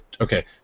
Okay